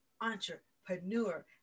entrepreneur